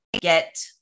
get